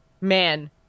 man